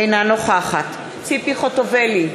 אינה נוכחת ציפי חוטובלי,